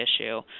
issue